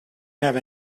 have